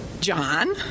John